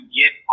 get